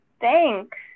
Thanks